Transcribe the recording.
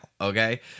okay